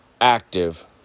active